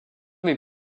est